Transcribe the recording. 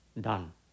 done